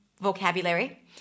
vocabulary